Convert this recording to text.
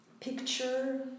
picture